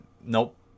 nope